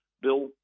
Bill